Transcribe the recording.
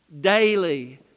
daily